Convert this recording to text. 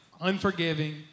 unforgiving